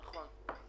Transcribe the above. נכון.